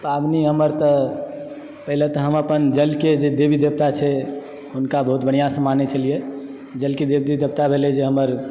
पाबनि हमर तऽ पहिले तऽ हम अपन जलके जे देवी देवता छै हुनका बहुत बढ़िआँसँ मानैत छलियै जलके देवी देवता भेलय जे हमर